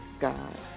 God